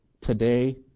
Today